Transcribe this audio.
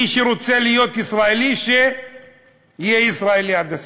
מי שרוצה להיות ישראלי, שיהיה ישראלי עד הסוף.